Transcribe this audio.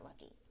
lucky